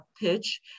pitch